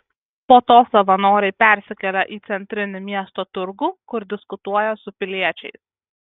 po to savanoriai persikelia į centrinį miesto turgų kur diskutuoja su piliečiais